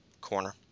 corner